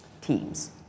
teams